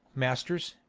masters,